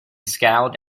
scowled